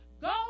Go